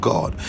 God